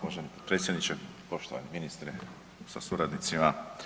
Uvaženi predsjedniče, poštovani ministre sa suradnicima.